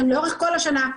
הם לאורך כל השנה.